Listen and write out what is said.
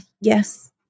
yes